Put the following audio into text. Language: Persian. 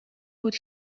بود